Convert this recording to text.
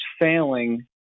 failing